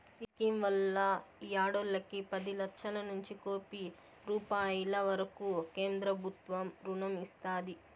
ఈ స్కీమ్ వల్ల ఈ ఆడోల్లకి పది లచ్చలనుంచి కోపి రూపాయిల వరకూ కేంద్రబుత్వం రుణం ఇస్తాది